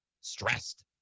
stressed